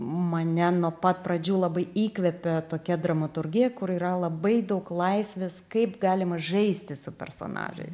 mane nuo pat pradžių labai įkvėpė tokia dramaturgija kur yra labai daug laisvės kaip galima žaisti su personažais